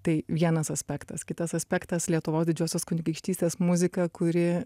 tai vienas aspektas kitas aspektas lietuvos didžiosios kunigaikštystės muzika kuri